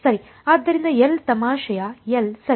ಆದ್ದರಿಂದ L ತಮಾಷೆಯ L ಸರಿ